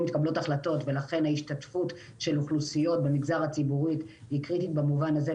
ולכן ההשתתפות של אוכלוסיות במגזר הציבורי היא קריטית במובן הזה,